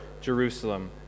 Jerusalem